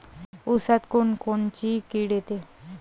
ऊसात कोनकोनची किड येते?